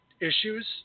issues